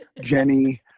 Jenny